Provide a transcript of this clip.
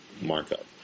markup